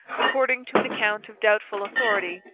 according to an account of doubtful authority,